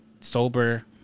sober